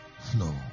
flow